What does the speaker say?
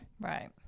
Right